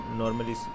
normally